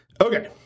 Okay